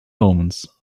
omens